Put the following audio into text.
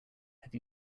have